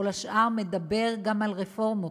כל השאר מדבר גם על רפורמות,